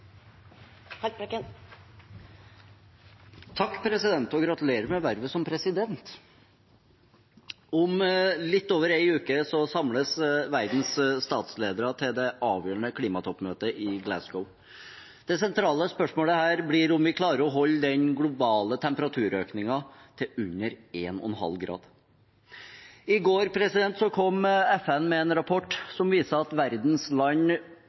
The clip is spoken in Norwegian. konsekvensar. Takk, president, og gratulerer med vervet som stortingspresident. Om litt over en uke samles verdens statsledere til det avgjørende klimatoppmøtet i Glasgow. Det sentrale spørsmålet der blir om vi klarer å holde den globale temperaturøkningen til under 1,5 grader. I går kom FN med en rapport som viser at verdens land